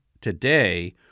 today